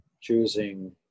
choosing